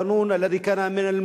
העם, אלה האזרחים.